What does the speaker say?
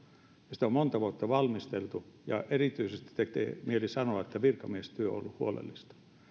sitä on monta vuotta valmisteltu ja erityisesti tekee mieli sanoa että virkamiestyö on ollut huolellista